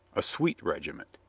a sweet regiment.